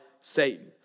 Satan